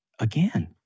Again